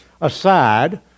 aside